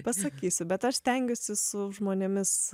pasakysiu bet aš stengiuosi su žmonėmis